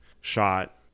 shot